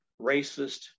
racist